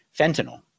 fentanyl